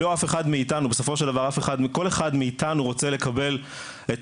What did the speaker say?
בסופו של דבר כל אחד מאיתנו רוצה לקבל את